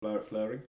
flaring